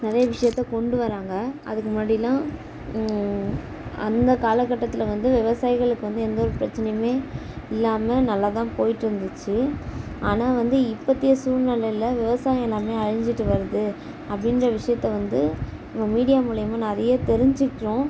நிறைய விஷயத்த கொண்டு வராங்க அதுக்கு முன்னாடிலாம் அந்த காலகட்டத்தில் வந்து விவசாயிகளுக்கு வந்து எந்த ஒரு பிரச்சனையுமே இல்லாமல் நல்லாதான் போயிட்டுருந்துச்சி ஆனால் வந்து இப்பத்திய சூழ்நிலையில விவசாயம் எல்லாமே அழிஞ்சிகிட்டு வருது அப்படின்ற விஷயத்தை வந்து ஒரு மீடியா மூலியமாக நிறைய தெரிஞ்சிக்கிறோம்